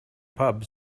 pub